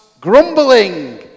grumbling